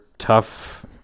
tough